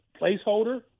placeholder